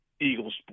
Eagles